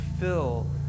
fill